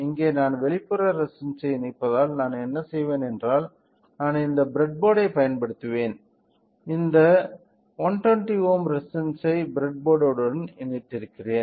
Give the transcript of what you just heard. இங்கே நான் வெளிப்புற ரெசிஸ்டன்ஸ் ஐ இணைப்பதால் நான் என்ன செய்வேன் என்றால் நான் இந்த ப்ரெட்போர்டைப் பயன்படுத்துவேன் இந்த 121 ஓம் ரெசிஸ்டன்ஸ் ஐ ப்ரெட்போர்டு உடன் இணைக்கிறேன்